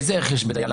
איזה ערך יש בדיין?